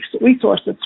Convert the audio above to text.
resources